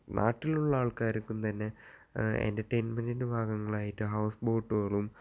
നാട്ടിലുള്ള ആൾക്കാർക്കും തന്നെ എൻ്റർടൈൻമെൻ്റിൻ്റെ ഭാഗങ്ങളായിട്ട് ഹൗസ് ബോട്ടുകളും